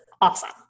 awesome